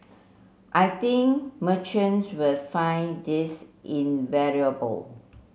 I think merchants will find this invaluable